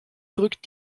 drückt